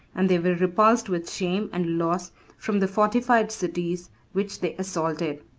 and they were repulsed with shame and loss from the fortified cities which they assaulted.